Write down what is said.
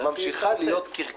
כשכל הסיעות בקמפיין